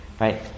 right